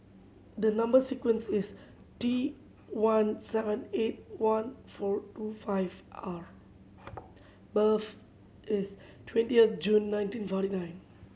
the number sequence is T one seven eight one four two five R birth is twentieth June nineteen forty nine